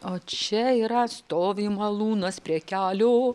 o čia yra stovi malūnas prie kelio